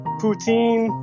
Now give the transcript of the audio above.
poutine